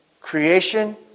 creation